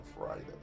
Friday